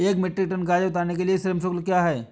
एक metric tonne गाजर उतारने के लिए श्रम शुल्क क्या है?